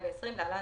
התשפ"א-2020 (להלן,